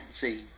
see